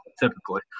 typically